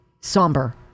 somber